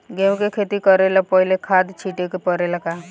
गेहू के खेती करे से पहिले खाद छिटे के परेला का?